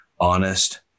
honest